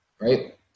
right